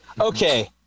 okay